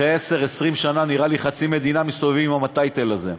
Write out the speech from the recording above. אחרי 10 20 שנה נראה לי שחצי מדינה מסתובבים עם הטייטל הזה.